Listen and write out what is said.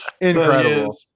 Incredible